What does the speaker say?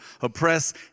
oppress